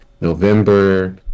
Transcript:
November